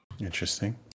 interesting